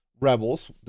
Rebels